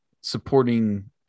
supporting